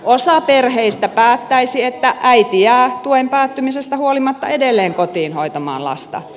osa perheistä päättäisi että äiti jää tuen päättymisestä huolimatta edelleen kotiin hoitamaan lasta